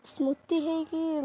ସ୍ମୃତି ହେଇକି